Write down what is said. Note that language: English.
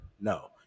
No